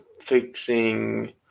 fixing